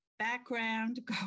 background